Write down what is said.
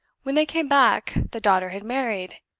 when they came back, the daughter had married,